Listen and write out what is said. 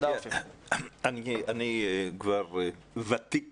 אני כבר ותיק